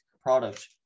product